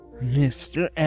Mr